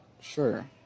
sure